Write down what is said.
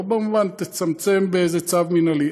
לא במובן: תצמצם באיזה צו מינהלי,